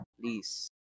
Please